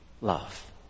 Love